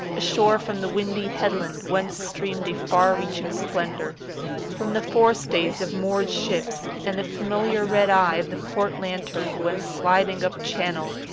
ashore from the windy headland whence streamed a far-reaching splendour from the fore-stays of moored ships, and the familiar red eye of the port lantern went sliding up channel,